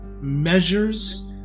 measures